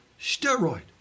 steroid